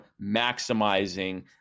maximizing